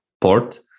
port